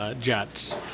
jets